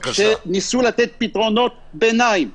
ניסו לתת פתרונות ביניים,